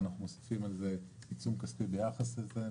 ואנחנו מוסיפים על זה עיצום כספי ביחס לזה,